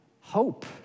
hope